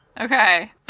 Okay